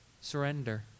surrender